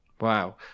Wow